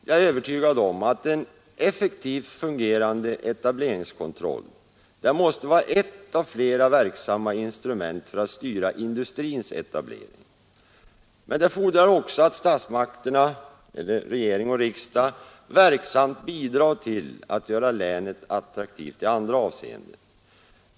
Jag är övertygad om att en effektivt fungerande etableringskontroll måste vara ett av flera verksamma instrument för att styra industrins etablering, men det fordras också att regering och riksdag verksamt bidrar till att göra länet attraktivt i andra avseenden.